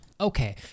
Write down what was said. okay